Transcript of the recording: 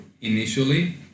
Initially